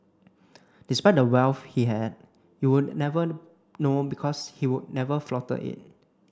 despite the wealth he had you would never know because he would never flaunted it